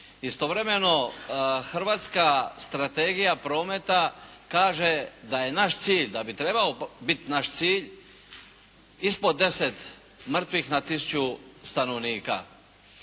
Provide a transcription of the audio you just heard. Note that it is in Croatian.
Istovremeno hrvatska strategija prometa kaže da je naš cilj, da bi trebao biti naš cilj ispod 10 mrtvih na tisuću stanovnika,